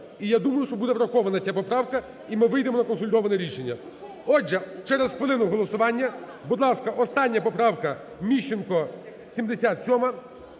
і я думаю, що буде врахована ця поправка і ми вийдемо на консолідоване рішення. Отже, через хвилину голосування. Будь ласка, остання поправка Міщенка, 77-а.